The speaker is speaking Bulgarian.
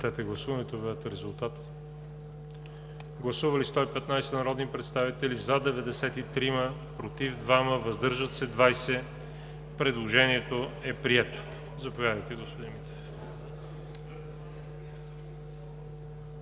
Гласували 115 народни представители: за 93, против 2, въздържали се 20. Предложението е прието. Заповядайте, господин Митев.